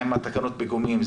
מה עם תקנות הפיגומים,